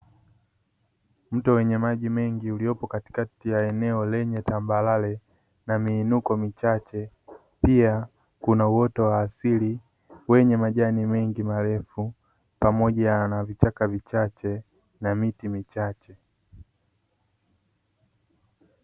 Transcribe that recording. Mto wenye maji mengi, uliopo katikati ya eneo lenye tambarare na miinuko michache. Pia kuna uoto wa asili wenye majani mengi marefu, pamoja na vichaka vichache na miti michache.